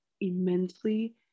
immensely